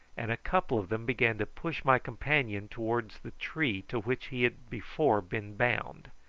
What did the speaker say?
and a couple of them began to push my companion towards the tree to which he had before been bound.